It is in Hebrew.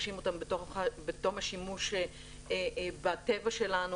פוגשים אותם בתום השימוש בטבע שלנו,